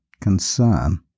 concern